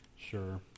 Sure